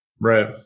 Right